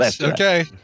Okay